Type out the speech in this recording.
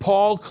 Paul